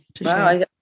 Wow